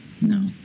no